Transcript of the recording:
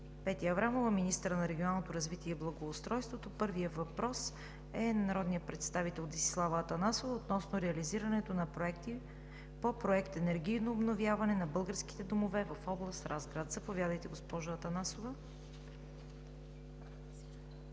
Петя Аврамова – министър на регионалното развитие и благоустройството. Първият въпрос е от народния представител Десислава Атанасова относно реализирането на проекти по Проект „Енергийно обновяване на българските домове“ в област Разград. Заповядайте, госпожо Атанасова.